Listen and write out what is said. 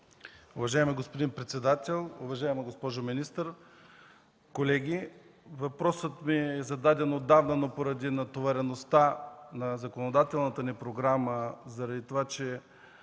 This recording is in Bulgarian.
Уважаеми господин председател, уважаема госпожо министър, колеги, въпросът ми е зададен отдавна, но поради натовареността на законодателната ни програма и заради това, че